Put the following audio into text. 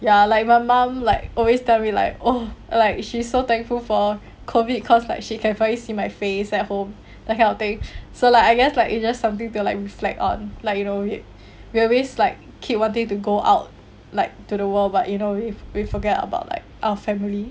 ya like my mum like always tell me like oh like she's so thankful for COVID cause like she can finally see my face at home that kind of thing so like I guess like it just something like reflect on like you know we we always like keep wanting to go out like to the world but you know if we forget about like our family